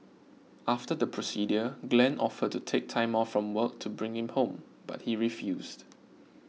after the procedure Glen offered to take time off from work to bring him home but he refused